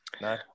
No